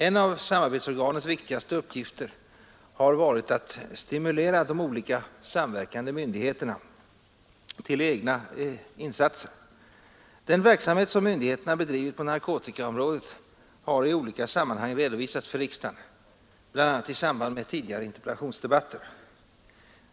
En av samarbetsorganets viktigaste uppgifter har varit att stimulera de olika samverkande myndigheterna till egna insatser. Den verksamhet som myndigheterna bedrivit på narkotikaområdet har i olika sammanhang redovisats för riksdagen — bl.a. i samband med tidigare interpellationsdebatter.